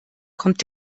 kommt